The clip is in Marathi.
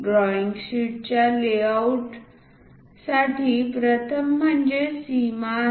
ड्रॉईंग शीटच्या लेआउट साठी प्रथम म्हणजे सीमा आहे